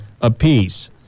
apiece